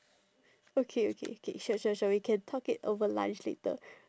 okay okay okay sure sure sure we can talk it over lunch later